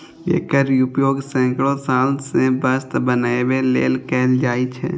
एकर उपयोग सैकड़ो साल सं वस्त्र बनबै लेल कैल जाए छै